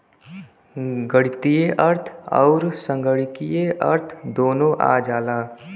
गणीतीय अर्थ अउर संगणकीय अर्थ दुन्नो आ जाला